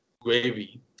gravy